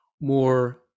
more